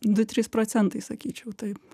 du trys procentai sakyčiau taip